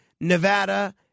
Nevada